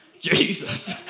Jesus